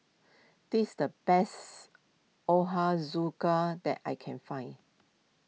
this the best Ochazuke that I can find